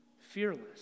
Fearless